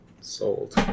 Sold